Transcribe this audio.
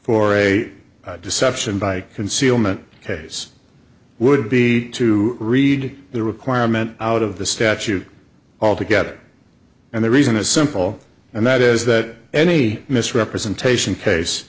for a deception by concealment case would be to read the requirement out of the statute altogether and the reason is simple and that is that any misrepresentation